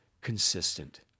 consistent